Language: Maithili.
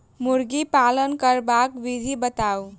मुर्गी पालन करबाक विधि बताऊ?